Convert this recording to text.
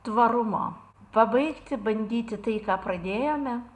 tvarumo pabaigti bandyti tai ką pradėjome